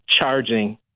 charging